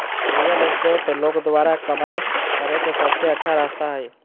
real estate लोग द्वारा कमाय करे के सबसे अच्छा रास्ता हइ